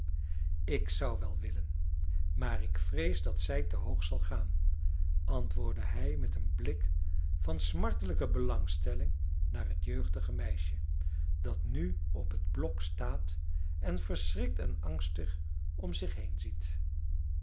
ik zou wel willen maar ik vrees dat zij te hoog zal gaan antwoordde hij met een blik van smartelijke belangstelling naar het jeugdige meisje dat nu op het blok staat en verschrikt en angstig om zich heenziet